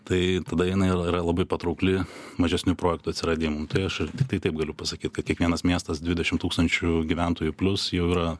tai tada jinai yra labai patraukli mažesnių projektų atsiradimui tai aš ir tiktai taip galiu pasakyt kad kiekvienas miestas dvidešim tūkstančių gyventojų plius jau yra